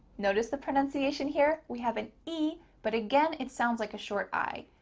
notice the pronunciation here we have an e but again it sounds like a short i.